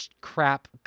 crap